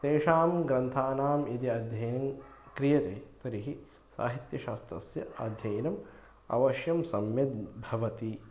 तेषां ग्रन्थानां यदि अध्ययनं क्रियते तर्हि साहित्यशास्त्रस्य आध्ययनम् अवश्यं सम्यक् भवति